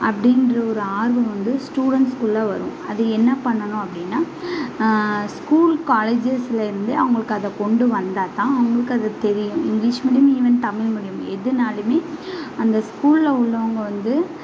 அப்படின்ற ஒரு ஆர்வம் வந்து ஸ்டூடெண்ட்ஸ் குள்ளே வரும் அது என்ன பண்ணணும் அப்படின்னா ஸ்கூல் காலேஜஸ்லேருந்து அவங்களுக்கு அதை கொண்டு வந்தால் தான் அவங்களுக்கு அது தெரியும் English medium even Tamil medium எதுனாலுமே அந்த ஸ்கூலில் உள்ளவங்க வந்து